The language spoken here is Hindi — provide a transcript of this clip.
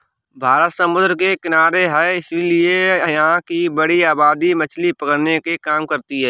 भारत समुद्र के किनारे है इसीलिए यहां की बड़ी आबादी मछली पकड़ने के काम करती है